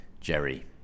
Jerry